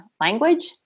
language